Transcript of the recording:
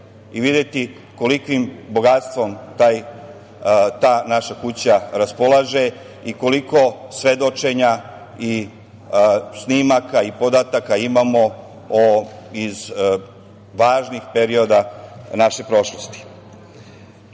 i videti kolikim bogatstvom ta naša kuća raspolaže i koliko svedočenja i snimaka i podataka imamo iz važnih perioda naše prošlosti. Kažem,